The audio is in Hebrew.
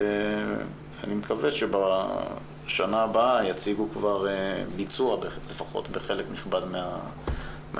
אני מקווה שבשנה הבאה יציגו כבר ביצוע לפחות בחלק נכבד מההמלצות.